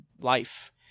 life